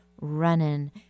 running